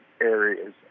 areas